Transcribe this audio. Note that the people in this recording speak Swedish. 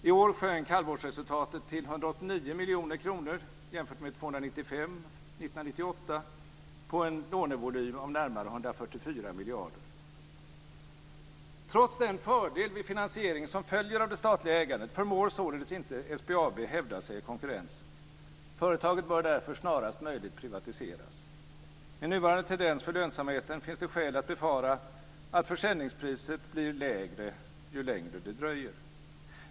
I år sjönk halvårsresultatet till 189 miljoner kronor - jämfört med 295 miljoner kronor 1998 - på en lånevolym om närmare 144 miljarder kronor. Trots den fördel vid finansieringen som följer av det statliga ägandet förmår således inte SBAB hävda sig i konkurrensen. Företaget bör därför snarast möjligt privatiseras. Med nuvarande tendens för lönsamheten finns det skäl att befara att försäljningspriset blir lägre ju längre det dröjer.